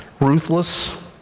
ruthless